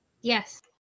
Yes